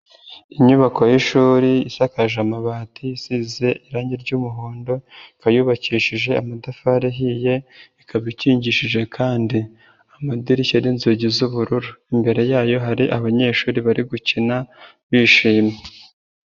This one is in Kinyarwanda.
Inyubako yishuri isakaje amabati isize irangi ry'umuhondo, ikaba yubakishije amatafari ahiye, ikaba ikingishije kandi amadirishya n'inzugi z'ubururu, imbere yayo hari abanyeshuri bari gukina bishimye.